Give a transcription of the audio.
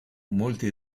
molti